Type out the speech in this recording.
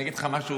אני אגיד לך משהו,